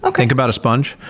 ah think about a sponge.